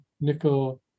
nickel